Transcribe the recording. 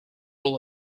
all